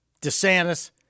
DeSantis